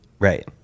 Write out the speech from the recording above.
Right